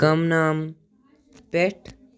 گمنام پٮ۪ٹھ؟